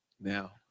now